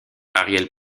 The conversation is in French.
ariel